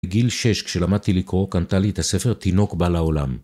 בגיל שש, כשלמדתי לקרוא, קנתה לי את הספר "תינוק בא לעולם".